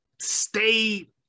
stay